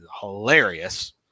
hilarious